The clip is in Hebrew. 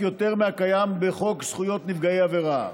יותר מהקיים בחוק זכויות נפגעי עבירה.